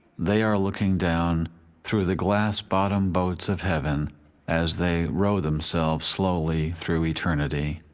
they are looking down through the glass-bottom boats of heaven as they row themselves slowly through eternity.